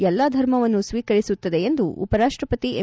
ಎಲ್ಲ ಧರ್ಮವನ್ನು ಸ್ವೀಕರಿಸುತ್ತದೆ ಎಂದು ಉಪರಾಷ್ಟಪತಿ ಎಂ